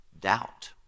Doubt